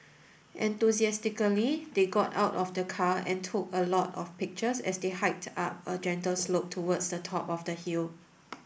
enthusiastically they got out of the car and took a lot of pictures as they hiked up a gentle slope towards the top of the hill